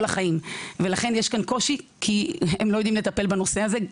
החיים ולכן יש כאן קושי כי הם לא יודעים לטפל בנושא הזה.